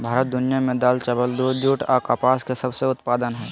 भारत दुनिया में दाल, चावल, दूध, जूट आ कपास के सबसे उत्पादन हइ